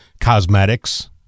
cosmetics